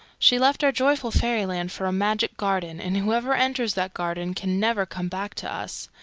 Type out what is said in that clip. she left our joyful fairyland for a magic garden, and whoever enters that garden can never come back to us.